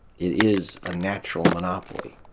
it is a natural monopoly.